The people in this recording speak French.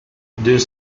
deux